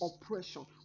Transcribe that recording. oppression